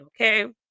okay